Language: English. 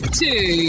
two